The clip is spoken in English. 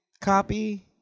copy